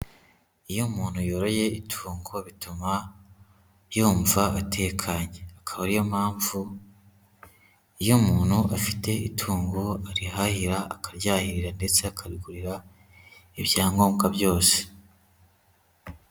Iyo umuntu yoroye itungo, bituma yumva atekanye, akaba ariyo mpamvu iyo umuntu afite itungo arihahira, akaryahirira ndetse akarigurira ibya ngombwa byose.